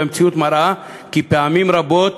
והמציאות מראה כי פעמים רבות